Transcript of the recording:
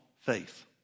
faith